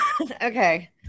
okay